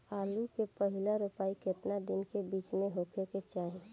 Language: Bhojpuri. आलू क पहिला रोपाई केतना दिन के बिच में होखे के चाही?